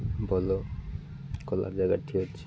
ଭଲ ଖୋଲା ଜାଗାଠି ଅଛି